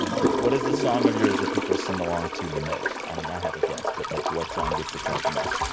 nice. what is the song of yours that people sing along to the most? i mean, i have a guess, but, like what song gets the crowd the most?